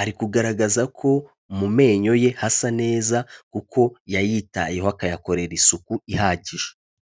Ari kugaragaza ko mu menyo ye hasa neza, kuko yayitayeho akayakorera isuku ihagije.